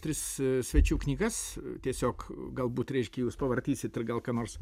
tris svečių knygas tiesiog galbūt reiškia jūs pavartysit ir gal ką nors